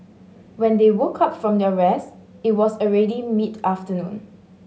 when they woke up from their rest it was already mid afternoon